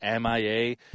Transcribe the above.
MIA